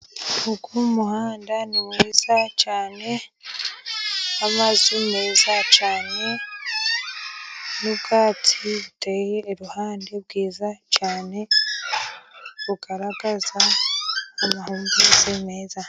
Uyu muhanda ni mwiza cyane, amazu meza cyane, n'ubwatsi buteye iruhande bwiza cyane, bugaragaza amahumbezi meza.